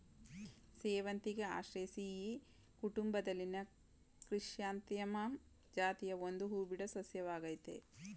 ಸೇವಂತಿಗೆ ಆಸ್ಟರೇಸಿಯಿ ಕುಟುಂಬದಲ್ಲಿನ ಕ್ರಿಸ್ಯಾಂಥಮಮ್ ಜಾತಿಯ ಒಂದು ಹೂಬಿಡೋ ಸಸ್ಯವಾಗಯ್ತೆ